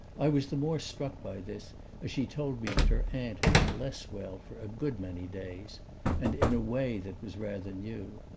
i was the more struck by this as she told me that her aunt had been less well for a good many days and in a way that was rather new.